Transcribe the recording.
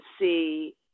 see